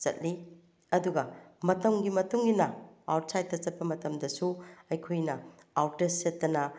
ꯆꯠꯂꯤ ꯑꯗꯨꯒ ꯃꯇꯝꯒꯤ ꯃꯇꯨꯡꯏꯟꯅ ꯑꯥꯎꯠꯁꯥꯠꯇ ꯆꯠꯄ ꯃꯇꯝꯗꯁꯨ ꯑꯩꯈꯣꯏꯅ ꯑꯥꯎꯠꯇ꯭ꯔ ꯁꯦꯠꯇꯅ